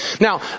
Now